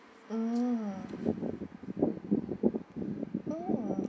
mm mm